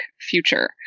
future